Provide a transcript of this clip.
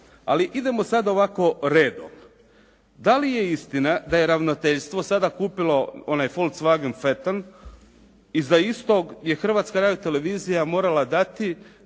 Ali idemo sada ovako redom. Dali je istina da je ravnateljstvo sada kupilo onaj Volkswagen "Fetn" i za istog je Hrvatska radiotelevizija morala dati,